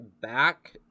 back